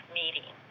meeting